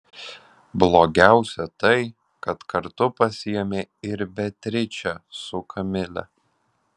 blogiausia tai kad kartu pasiėmė ir beatričę su kamile